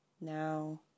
Now